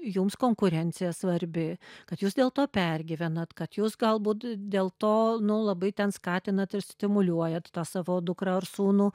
jums konkurencija svarbi kad jūs dėl to pergyvenat kad jūs galbūt dėl to nu labai ten skatinat ir stimuliuojat savo dukrą ar sūnų